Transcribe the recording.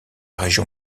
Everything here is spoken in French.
région